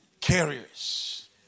carriers